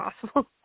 possible